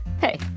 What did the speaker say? Hey